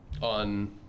On